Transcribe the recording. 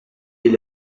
est